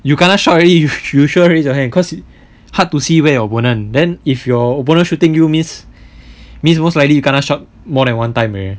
you kena shot already you sure raise your hand cause hard to see where your opponent then if your opponent shooting you means means most likely you kena shot more than one time already